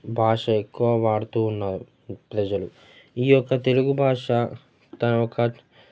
భాష ఎక్కువ వాడుతూ ఉన్నారు ప్రజలు ఈ యొక్క తెలుగు భాష తన్ ఒక